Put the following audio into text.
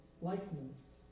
likeness